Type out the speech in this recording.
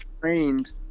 trained